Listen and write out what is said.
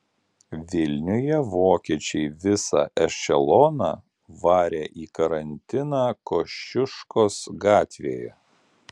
vilniuje vokiečiai visą ešeloną varė į karantiną kosciuškos gatvėje